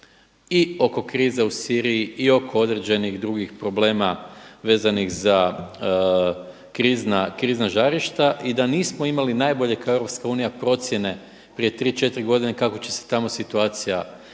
i oko krize u Siriji i oko određenih drugih problema vezanih za krizna žarišta i da nismo imali najbolje kao EU procjene prije 3, 4 godine kako će se tamo situacija razvijati.